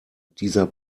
dieser